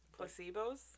Placebos